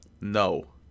No